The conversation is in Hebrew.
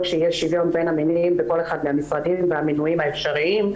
שיהיה שוויון בין המינים בכל אחד מהמשרדים והמינויים האפשריים,